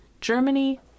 Germany